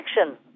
action